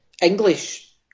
English